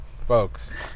folks